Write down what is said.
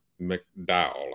McDowell